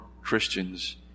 Christians